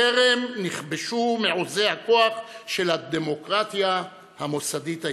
טרם נכבשו מעוזי הכוח של הדמוקרטיה המוסדית הישראלית: